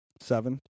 Seven